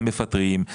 גם מפטרים,